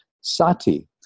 sati